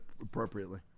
appropriately